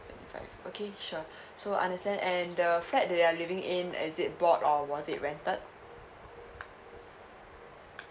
seventy five okay sure so understand and the flat that they're living in is it bought or was it rented